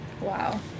Wow